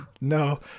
No